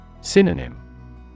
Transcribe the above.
Synonym